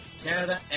Canada